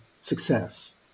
success